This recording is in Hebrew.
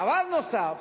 דבר נוסף,